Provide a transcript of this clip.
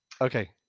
Okay